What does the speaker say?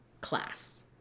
class